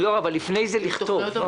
אבל לפני כן לכתוב.